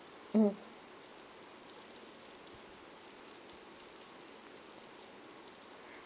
mmhmm